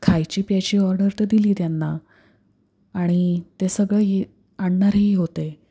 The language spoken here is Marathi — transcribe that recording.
खायची प्यायची ऑर्डर तर दिली त्यांना आणि ते सगळंही आणणारही होते